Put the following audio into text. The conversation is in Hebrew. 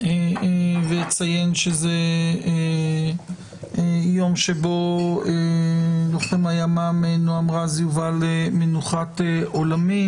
ואציין שזה יום בו לוחם הימ"מ נעם רז יובא למנוחת עולמית.